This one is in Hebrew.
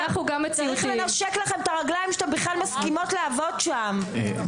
צריך לנשק לכם את הרגליים שאתן בכלל מסכימות לעבוד שם.